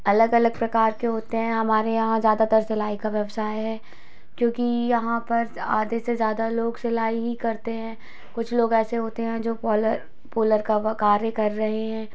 अलग अलग प्रकार के होते हैं हमारे यहाँ ज्यादातर सिलाई का व्यवसाय है क्योंकि यहाँ पर आधे से ज्यादा लोग सिलाई ही करते हैं कुछ लोग ऐसे होते हैं जो पोलर पोलर का वह कार्य कर रहे हैं